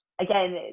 again